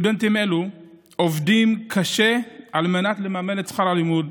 סטודנטים אלו עובדים קשה על מנת לממן את שכר הלימוד.